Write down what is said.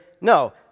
No